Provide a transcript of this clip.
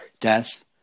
death